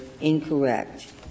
incorrect